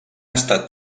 estat